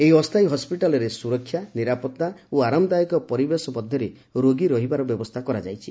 ଏହି ଅସ୍ଥାୟୀ ହସ୍କିଟାଲରେ ସୁରକ୍ଷା ନିରାପତ୍ତା ଓ ଆରାମ୍ଦାୟକ ପରିବେଶ ମଧ୍ୟରେ ରୋଗୀ ରହିବାର ବ୍ୟବସ୍ଥା କରାଯାଇଛି